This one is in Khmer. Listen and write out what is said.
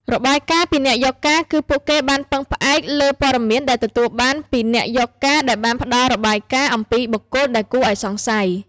របាយការណ៍ពីអ្នកយកការណ៍គឺ ពួកគេបានពឹងផ្អែកលើព័ត៌មានដែលទទួលបានពីអ្នកយកការណ៍ដែលបានផ្តល់របាយការណ៍អំពីបុគ្គលដែលគួរឱ្យសង្ស័យ។